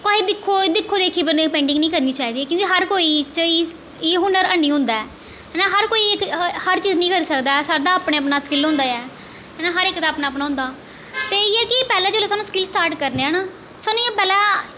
भाई देखो देखो देखी पेंटिंग निं करनी चाहिदी कि के हर कोई च एह् हुनर हैनी होंदा ऐ नां हर कोई हर चीज़ निं करी सकदा ऐ सारें दा अपना अपना स्किल होंदा ऐ अपना हर इक दा अपना अपना होंदा ते एह् ऐ कि पैह्लैं जिसलै अस स्टार्ट करने आं ना सानूं इयां पैह्लें